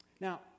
Now